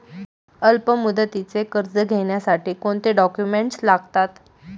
अल्पमुदतीचे कर्ज घेण्यासाठी कोणते डॉक्युमेंट्स लागतात?